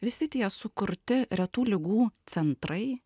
visi tie sukurti retų ligų centrai